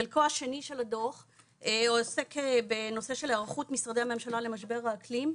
חלקו השני של הדו"ח עוסק בנושא של היערכות משרדי הממשלה למשבר האקלים,